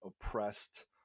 oppressed